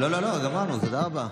גמרנו, תודה רבה.